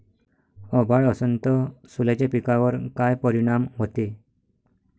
अभाळ असन तं सोल्याच्या पिकावर काय परिनाम व्हते?